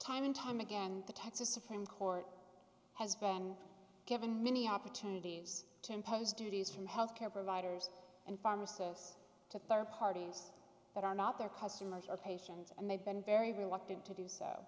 time and time again the texas supreme court has been given many opportunities to impose duties from health care providers and pharmacists to third parties that are not their customers or patients and they've been very reluctant to do so